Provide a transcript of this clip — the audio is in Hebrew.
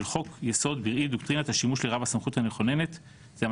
חוק יסוד מבחינת השימוש לרעה בסמכות המכוננת - זה עדיין